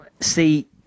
see